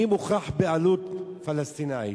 אם הוכחה בעלות פלסטינית.